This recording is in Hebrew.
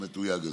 המתויג הזה.